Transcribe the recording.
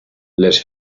les